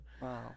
Wow